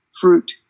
fruit